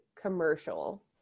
commercial